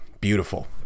beautiful